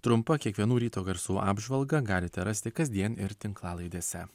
trumpą kiekvienų ryto garsų apžvalgą galite rasti kasdien ir tinklalaidėse